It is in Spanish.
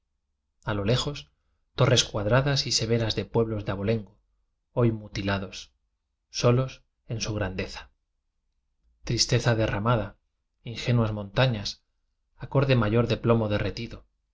a lo lejos torres cuadradas y severas de pueblos de abolengo hoy muti lados solos en su grandeza tristeza derramada ingenuas montañas acorde mayor de plomo derretido